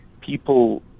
people